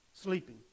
Sleeping